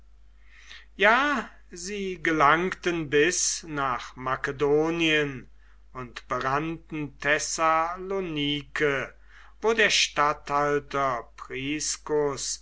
ja sie gelangten bis nach makedonien und berannten thessalonike wo der statthalter